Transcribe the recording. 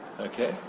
Okay